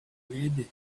red